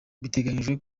biteganyijwe